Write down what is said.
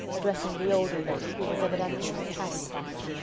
addressing the older lady, who was evidently miss patty spofford.